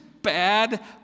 Bad